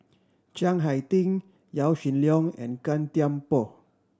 Chiang Hai Ding Yaw Shin Leong and Gan Thiam Poh